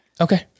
Okay